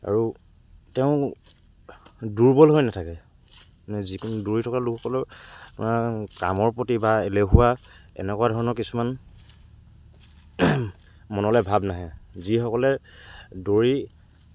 আৰু তেওঁ দুৰ্বল হৈ নাথাকে মানে যিকোনো দৌৰি থকা লোকসকলৰ আপোনাৰ কামৰ প্ৰতি বা এলেহুৱা এনেকুৱা ধৰণৰ কিছুমান মনলৈ ভাৱ নাহে যিসকলে দৌৰি